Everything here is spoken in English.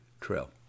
trail